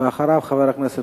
אחריו, חבר הכנסת